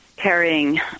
carrying